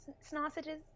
sausages